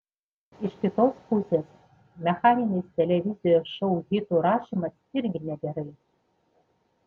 iš kitos pusės mechaninis televizijos šou hitų rašymas irgi negerai